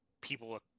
people